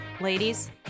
ladies